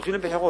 הולכים לבחירות.